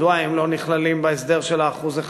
מדוע הם לא נכללים בהסדר של ה-1%,